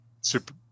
Super